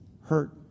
hurt